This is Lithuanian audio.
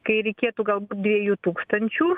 kai reikėtų galbūt dviejų tūkstančių